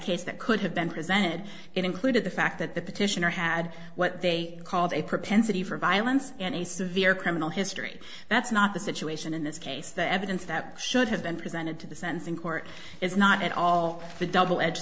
case that could have been presented it included the fact that the petitioner had what they called a propensity for violence and a severe criminal history that's not the situation in this case the evidence that should have been presented to the sense in court is not at all the double edge